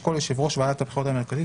ישקול יושב ראש ועדת הבחירות המרכזית,